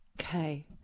Okay